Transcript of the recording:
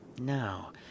Now